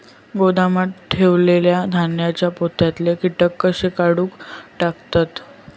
गोदामात ठेयलेल्या धान्यांच्या पोत्यातले कीटक कशे काढून टाकतत?